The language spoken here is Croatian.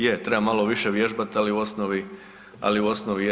Je, treba malo više vježbat ali u osnovi je.